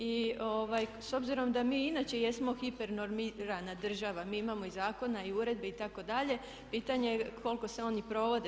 I s obzirom da mi inače jesmo hipernormirana država, mi imamo i zakona i uredbi itd., pitanje je koliko se oni provode.